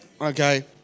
Okay